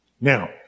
Now